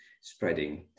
spreading